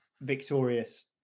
victorious